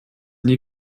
nie